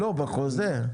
לא, בחוזה.